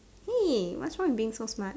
hey what's wrong with being so smart